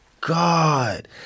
God